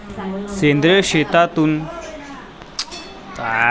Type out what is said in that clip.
सेंद्रिय शेतीतून आर्थिक प्रगती होते का?